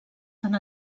tant